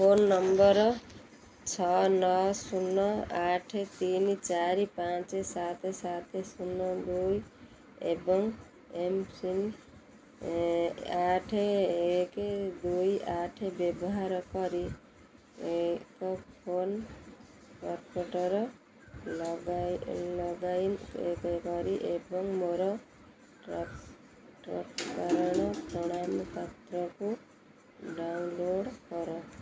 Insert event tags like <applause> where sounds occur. phone number ଛଅ ନଅ ଶୂନ ଆଠ ତିନି ଚାରି ପାଞ୍ଚ ସାତ ସାତ ଶୂନ ଦୁଇ ଏବଂ ଏମ୍ପିନ୍ ଆଠ ଏକ ଦୁଇ ଆଠ ବ୍ୟବହାର କରି <unintelligible> ଏବଂ ମୋର ଟିକାକରଣ ପ୍ରମାଣପତ୍ରକୁ ଡ଼ାଉନଲୋଡ଼୍ କର